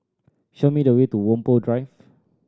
show me the way to Whampoa Drive